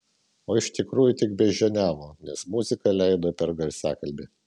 o iš tikrųjų tik beždžioniavo nes muziką leido per garsiakalbį